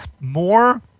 more